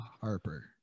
Harper